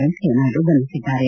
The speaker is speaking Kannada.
ವೆಂಕಯ್ಯ ನಾಯ್ದು ಬಣ್ಣೆಸಿದ್ದಾರೆ